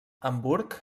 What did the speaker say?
hamburg